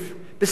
בסך הכול,